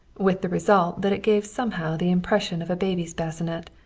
with the result that it gave somehow the impression of a baby's bassinet,